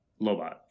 Lobot